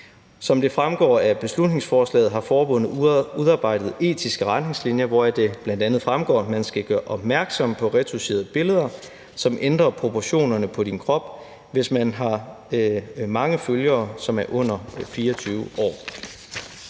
Som det fremgår af beslutningsforslaget, har forbundet udarbejdet etiske retningslinjer, hvoraf det bl.a. fremgår, at man skal gøre opmærksom på retoucherede billeder, som ændrer proportionerne på kroppen, hvis man har mange følgere, som er under 24 år.